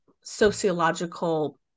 sociological